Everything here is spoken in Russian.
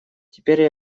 теперь